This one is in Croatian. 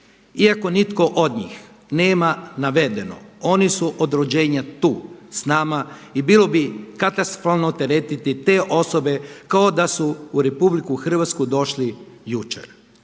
Iako nitko od njih nema navedeno oni su od rođenja tu s nama i bilo bi katastrofalno teretiti te osobe kao da su u RH došli jučer.